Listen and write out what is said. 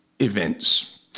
events